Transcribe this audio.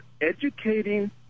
educating